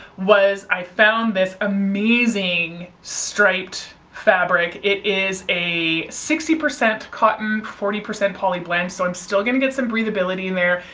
was i found this amazing striped fabric. it is a sixty percent cotton and forty percent poly blend so i'm still going to get some breathability in there.